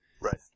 Right